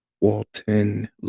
Walton